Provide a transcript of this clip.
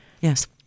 Yes